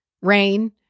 rain